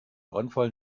brandfall